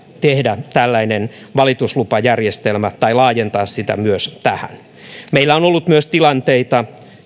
tehdä tällainen valituslupajärjestelmä laajentaa sitä myös myös tilanteita